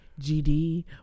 GD